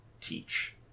teach